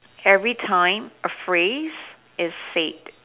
every time a phrase is said